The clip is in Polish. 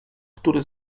który